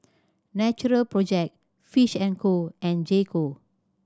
Natural Project Fish and Co and J Co